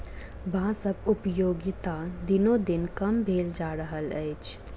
बाँसक उपयोगिता दिनोदिन कम भेल जा रहल अछि